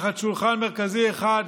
לשולחן מרכזי אחד